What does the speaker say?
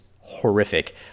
horrific